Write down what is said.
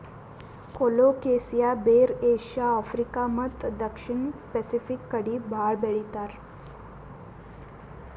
colocasia ಬೇರ್ Asia, Africa ಮತ್ತ್ ದಕ್ಷಿಣ್ ಸ್ಪೆಸಿಫಿಕ್ ಕಡಿ ಭಾಳ್ ಬೆಳಿತಾರ್